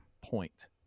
point